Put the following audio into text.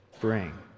bring